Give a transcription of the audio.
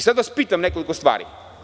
Sada vas pitam nekoliko stvari.